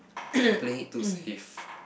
you're playing it too safe